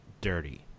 Dirty